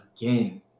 again